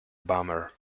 bummer